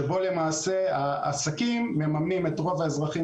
שבו למעשה העסקים מממנים את רוב האזרחים